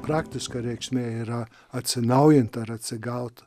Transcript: praktiška reikšmė yra atsinaujint ar atsigaut